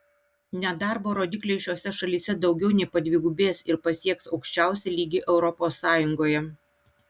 nedarbo rodikliai šiose šalyse daugiau nei padvigubės ir pasieks aukščiausią lygį europos sąjungoje